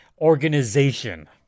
organization